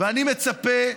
אני מצפה,